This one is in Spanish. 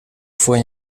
fue